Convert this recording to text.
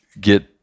get